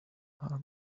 are